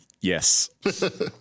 Yes